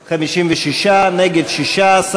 56, נגד, 16,